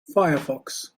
firefox